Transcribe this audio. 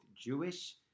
Jewish